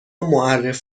معرف